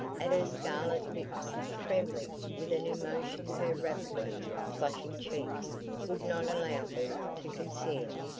at her scarlet lips trembling with an emotion her rapidly flushing cheeks would not allow her to conceal.